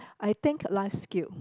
I think life skill